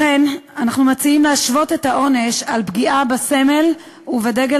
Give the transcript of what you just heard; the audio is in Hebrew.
לכן אנחנו מציעים להשוות את העונש על פגיעה בסמל ובדגל